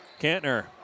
Kantner